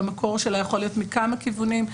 המקור שלה יכול להיות מכמה כיוונים,